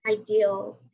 ideals